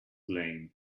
lame